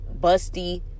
busty